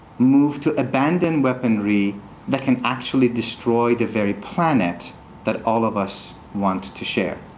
move to abandon weaponry that can actually destroy the very planet that all of us want to share.